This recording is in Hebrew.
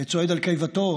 צועד על קיבתו,